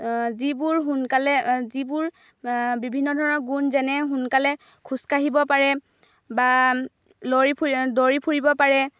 যিবোৰ সোনকালে যিবোৰ বিভিন্ন ধৰণৰ গুণ যেনে সোনকালে খোজ কাঢ়িব পাৰে বা লৰি ফুৰি দৌৰি ফুৰিব পাৰে